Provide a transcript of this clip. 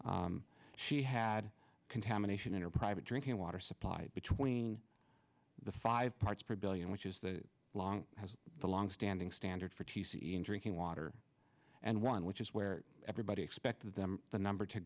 minnesota she had contamination in her private drinking water supply between the five parts per billion which is the long as the longstanding standard for t c e in drinking water and one which is where everybody expected them the number to